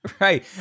Right